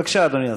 בבקשה, אדוני השר.